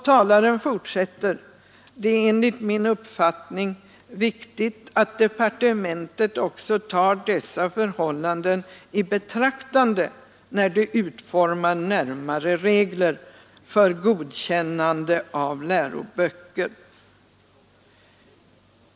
Talaren fortsatte: Det är enligt min uppfattning viktigt att departementet också tar dessa förhållanden i betraktande när det utformar närmare regler för godkännande av läroböcker.